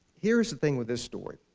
here's the thing with this story.